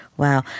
Wow